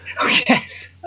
yes